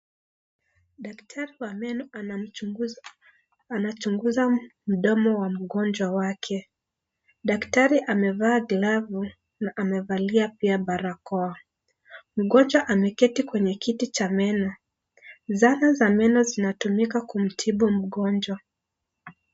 Daktari wa meno anachunguza mdomo wa mgonjwa wake. Daktari amevaa glavu na amevalia pia barakoa. Mgonjwa ameketi kwenye kiti cha meno. Zana za meno zinatumika kumtibu mgonjwa.